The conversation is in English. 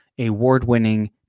award-winning